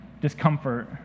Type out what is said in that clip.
discomfort